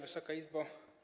Wysoka Izbo!